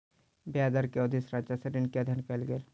ब्याज दर के अवधि संरचना सॅ ऋण के अध्ययन कयल गेल